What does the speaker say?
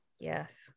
Yes